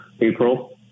April